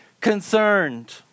concerned